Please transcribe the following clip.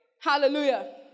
Hallelujah